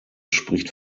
spricht